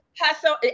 hustle